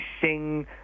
sing